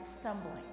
stumbling